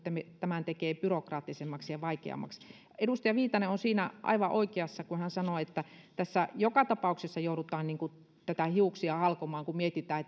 tämän entisestään byrokraattisemmaksi ja vaikeammaksi edustaja viitanen on siinä aivan oikeassa kun hän sanoi että tässä joka tapauksessa joudutaan hiuksia halkomaan kun mietitään